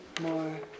more